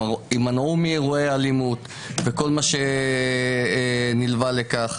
יימנעו מאירועי אלימות וכל מה שנלווה לכך.